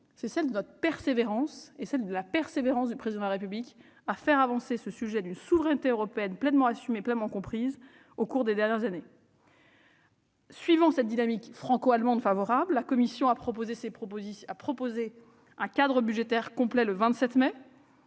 c'est celle de notre persévérance et de la persévérance du Président de la République à faire avancer le sujet d'une souveraineté européenne pleinement assumée et pleinement comprise au cours des dernières années. Suivant cette dynamique franco-allemande favorable, la Commission a proposé un cadre budgétaire complet le 27 mai.